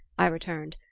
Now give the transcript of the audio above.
i returned,